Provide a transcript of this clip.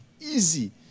easy